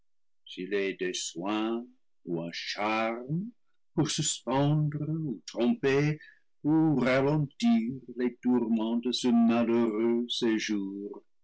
des soins ou un charme pour suspendre ou tromper ou ralentir les tourments de ce malheureux